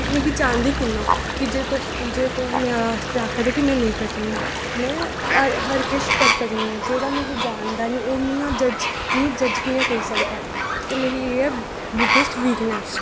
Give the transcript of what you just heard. ओ जे तुस जे तुह मेरे आस्तै आक्खा दे कि में नेई करी सकनी आं में हर किश करी सकनी आं जेह्ड़ा मिगी जानदा नी ओह् मिगी जज कि'यां करी सकदा ते मेरी एह् ऐ बिग्गेस्ट वीकनेस